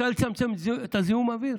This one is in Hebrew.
רוצה לצמצם את זיהום האוויר?